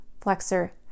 flexor